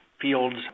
fields